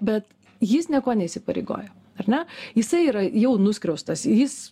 bet jis niekuo neįsipareigoja ar ne jisai yra jau nuskriaustas jis